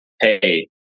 Hey